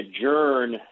adjourn